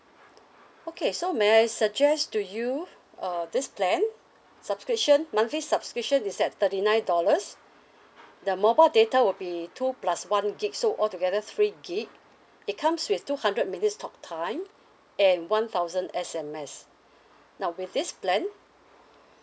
okay so may I suggest to you uh this plan subscription monthly subscription is at thirty nine dollars the mobile data will be two plus one gig so altogether three gig it comes with two hundred minutes talk time and one thousand S_M_S now with this plan